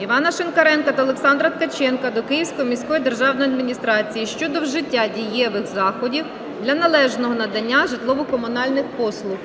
Івана Шинкаренка та Олександра Ткаченка до Київської міської державної адміністрації щодо вжиття дієвих заходів для належного надання житлово-комунальних послуг.